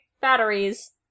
batteries